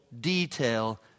detail